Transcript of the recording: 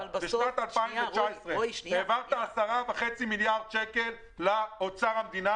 בשנת 2019 העברת 10.5 מיליארד שקל לאוצר המדינה.